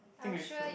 think we've uh